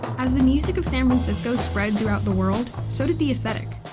as the music of san francisco spread throughout the world, so did the aesthetic.